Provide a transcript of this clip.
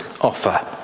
offer